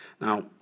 Now